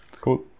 Cool